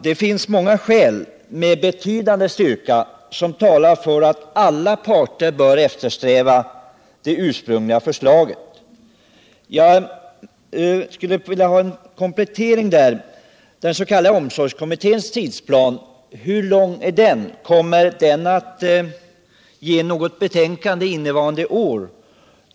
Det finns många mycket starka skäl som talar för att alla 15 parter bör eftersträva att genomföra det ursprungliga förslaget. Jag skulle vilja ha en komplettering av svaret. Vilken tidsplan har den s.k. omsorgskommittén? Kommer kommittén att framlägga något betänkande. innevarande år?